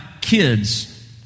kids